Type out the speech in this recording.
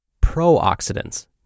pro-oxidants